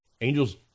Angels